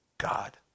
God